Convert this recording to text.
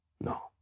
No